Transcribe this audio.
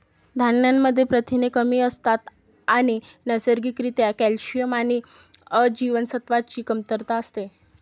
धान्यांमध्ये प्रथिने कमी असतात आणि नैसर्गिक रित्या कॅल्शियम आणि अ जीवनसत्वाची कमतरता असते